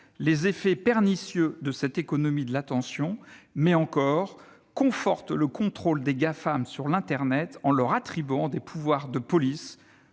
les effets pernicieux de cette économie de l'attention, mais encore elle conforte le contrôle des Gafam sur internet en leur attribuant des pouvoirs de police,